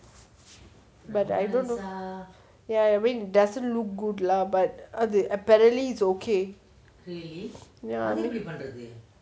but I don't know ya you mean doesn't look good lah but அது:athu apparently is okay ya